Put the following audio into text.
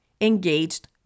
engaged